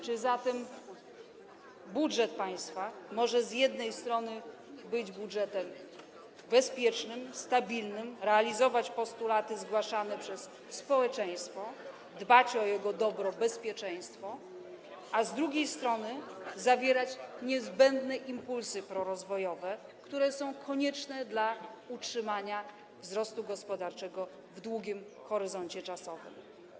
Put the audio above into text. Czy budżet państwa może z jednej strony być budżetem bezpiecznym, stabilnym, realizować postulaty zgłaszane przez społeczeństwo, dbać o jego dobro i bezpieczeństwo, a z drugiej strony zawierać niezbędne impulsy prorozwojowe, które są konieczne do utrzymania wzrostu gospodarczego w długim horyzoncie czasowym?